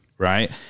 right